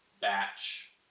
batch